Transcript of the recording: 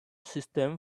system